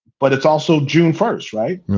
but it's also june first. right.